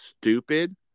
stupid